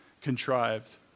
contrived